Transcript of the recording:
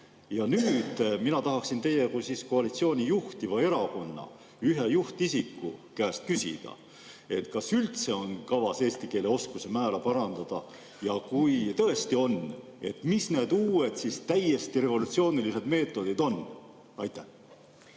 Nüüd tahaksin mina teie kui koalitsiooni juhtiva erakonna ühe juhtisiku käest küsida, kas üldse on kavas eesti keele oskuse määra parandada ja kui tõesti on, mis siis need uued täiesti revolutsioonilised meetodid on. Aitäh!